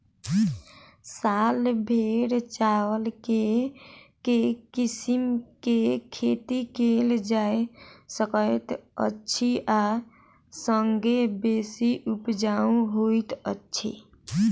साल भैर चावल केँ के किसिम केँ खेती कैल जाय सकैत अछि आ संगे बेसी उपजाउ होइत अछि?